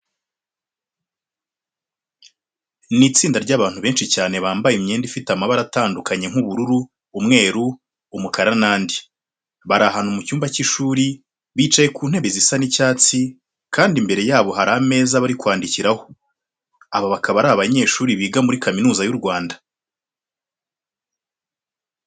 Ni itsinda ry'abandu benshi cyane bambaye imyenda ifite amabara atandukanye nk'ubururu, umweru, umukara n'andi. Bari ahantu mu cyumba cy'ishuri, bicaye ku ntebe zisa icyatsi kandi imbere yabo hari ameza bari kwandikiraho. Aba bakaba ari abanyeshuri biga muri Kaminuza y'u Rwanda.